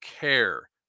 care